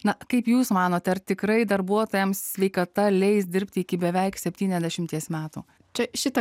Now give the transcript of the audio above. na kaip jūs manote ar tikrai darbuotojams sveikata leis dirbti iki beveik septyniasdešimties metų čia šitą